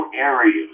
areas